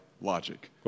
logic